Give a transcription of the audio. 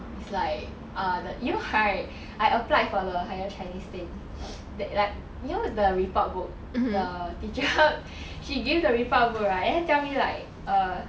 it's like ah the you know right I applied for the higher chinese thing that like you know the report book the teacher she give the report book right and then tell me like err